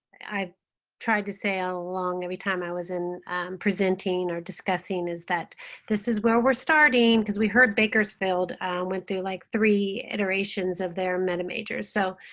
i've tried to say all along every time i was in presenting or discussing is that this is where we're starting because we heard bakersfield went through, like, three iterations of their meta majors, so